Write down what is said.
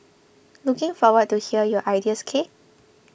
looking forward to hear your ideas k